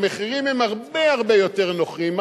המחירים הם הרבה-הרבה יותר נוחים,